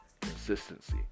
Consistency